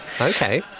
Okay